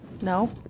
No